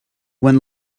when